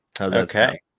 Okay